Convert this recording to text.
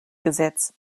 gesetz